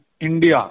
India